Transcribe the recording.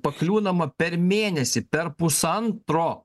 pakliūnama per mėnesį per pusantro